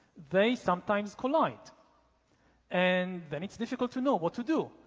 they sometimes collide and then it's difficult to know what to do.